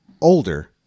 older